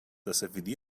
وسفیدی